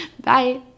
bye